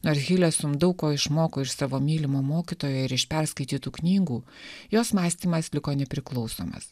nor hilesum daug ko išmoko iš savo mylimo mokytojo ir iš perskaitytų knygų jos mąstymas liko nepriklausomas